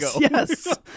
yes